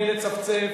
בלי לצפצף